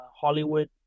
Hollywood